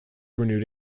renewed